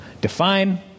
define